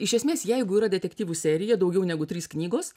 iš esmės jeigu yra detektyvų serija daugiau negu trys knygos